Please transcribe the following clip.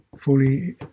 fully